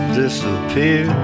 disappear